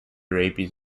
rabies